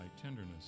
tenderness